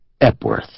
Epworth